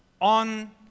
on